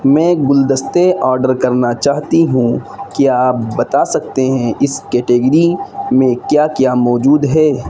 میں گلدستے آڈر کرنا چاہتی ہوں کیا آپ بتا سکتے ہیں اس کیٹیگری میں کیا کیا موجود ہے